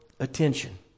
Attention